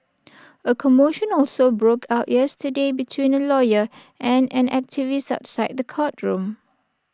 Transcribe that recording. A commotion also broke out yesterday between A lawyer and an activist outside the courtroom